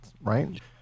right